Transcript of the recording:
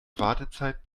wartezeit